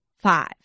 five